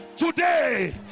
Today